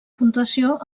puntuació